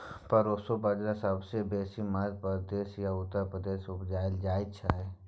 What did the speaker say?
proso बजरा सबसँ बेसी मध्य प्रदेश आ उत्तर प्रदेश मे उपजाएल जाइ छै